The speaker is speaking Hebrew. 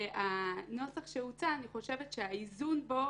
והנוסח שהוצע, אני חושבת שהאיזון בו